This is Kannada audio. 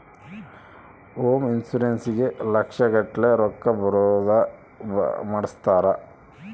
ಹೋಮ್ ಇನ್ಶೂರೆನ್ಸ್ ಗೇ ಲಕ್ಷ ಗಟ್ಲೇ ರೊಕ್ಕ ಬರೋದ ಮಾಡ್ಸಿರ್ತಾರ